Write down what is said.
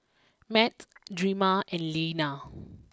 Matt Drema and Lena